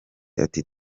ati